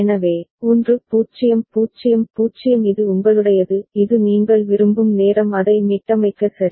எனவே 1 0 0 0 இது உங்களுடையது இது நீங்கள் விரும்பும் நேரம் அதை மீட்டமைக்க சரி